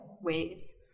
ways